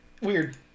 Weird